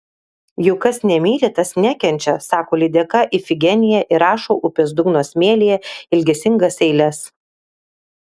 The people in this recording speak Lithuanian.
juk kas nemyli tas nekenčia sako lydeka ifigenija ir rašo upės dugno smėlyje ilgesingas eiles